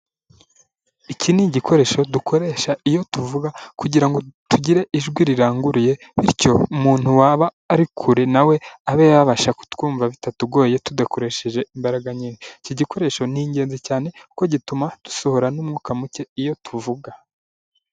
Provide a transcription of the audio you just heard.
Iki nigikoresho dukoresha iyo tuvuga kugira ngo tugire ijwi riranguruye, bityo umuntu waba ari kure nawe abe yabasha kutwumva bitatugoye tudakoresheje imbaraga nyinshi, iki gikoresho ni ingenzi cyane kuko gituma dusohora n'umwuka muke iyo tuvuga.